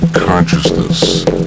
consciousness